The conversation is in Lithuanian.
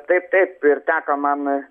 taip taip ir teko man